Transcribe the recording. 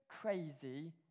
crazy